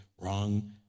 wrong